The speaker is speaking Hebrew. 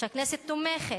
שהכנסת תומכת,